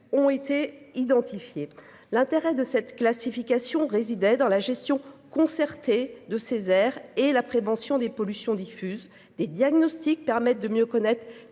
ont été identifiés. L'intérêt de cette classification résidait dans la gestion concertée de Césaire et la prévention des pollutions diffuses des diagnostics permettent de mieux connaître